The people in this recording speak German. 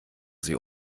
sie